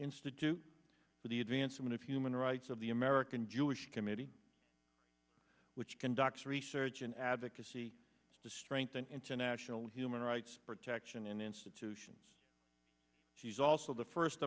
institute for the advancement of human rights of the american jewish committee which conducts research and advocacy to strengthen international human rights protection and institutions she's also the first